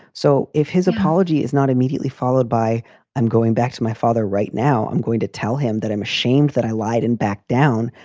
so if his apology is not immediately followed by i'm going back to my father right now, i'm going to tell him that i'm ashamed that i lied and backed down.